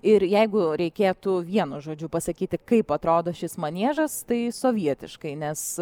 ir jeigu reikėtų vienu žodžiu pasakyti kaip atrodo šis maniežas tai sovietiškai nes